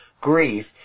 grief